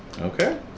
Okay